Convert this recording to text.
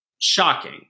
shocking